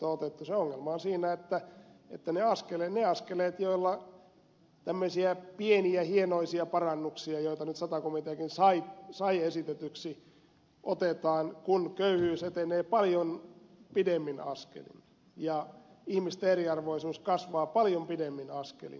ongelma on siinä että otetaan askelia joilla tehdään tämmöisiä pieniä hienoisia parannuksia joita nyt sata komiteakin sai esitetyksi kun köyhyys etenee paljon pidemmin askelin ja ihmisten eriarvoisuus kasvaa paljon pidemmin askelin